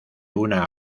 una